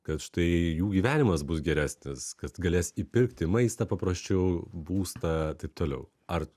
kad štai jų gyvenimas bus geresnis kad galės įpirkti maistą paprasčiau būstą taip toliau ar